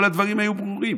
כל הדברים היו ברורים